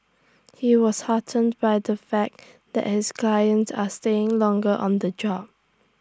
he was heartened by the fact that his clients are staying longer on the job